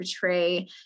portray